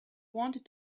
wanted